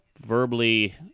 verbally